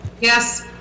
Yes